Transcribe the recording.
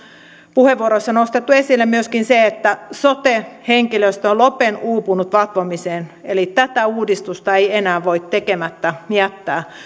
puheenvuoroissa hyvin nostettu esille myöskin se että sote henkilöstö on lopen uupunut vatvomiseen eli tätä uudistusta ei enää voi jättää tekemättä